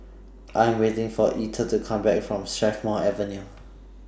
I Am waiting For Etter to Come Back from Strathmore Avenue